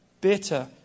bitter